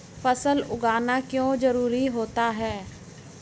फसल उगाना क्यों जरूरी होता है?